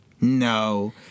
No